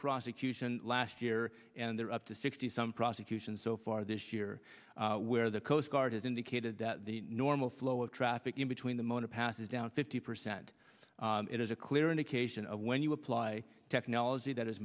prosecution last year and there are up to sixty some prosecutions so far this year where the coast guard has indicated that the normal flow of traffic in between the motor passes down fifty percent it is a clear indication of when you apply technology that is